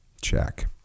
check